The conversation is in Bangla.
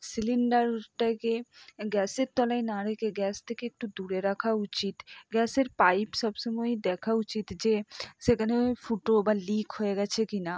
সিলিন্ডারটাকে গ্যাসের তলায় না রেখে গ্যাস থেকে একটু দূরে রাখা উচিত গ্যাসের পাইপ সবসময় দেখা উচিত যে সেখানে ফুটো বা লিক হয়ে গেছে কি না